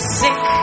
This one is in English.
sick